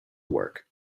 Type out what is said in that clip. work